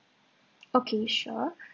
okay sure